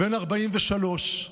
בן 43,